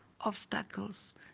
obstacles